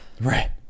Right